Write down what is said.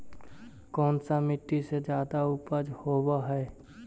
कोन सा मिट्टी मे ज्यादा उपज होबहय?